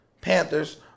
Panthers